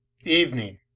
Evening